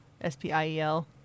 S-P-I-E-L